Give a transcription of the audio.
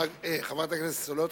אבל, חברת הכנסת סולודקין,